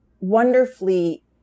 wonderfully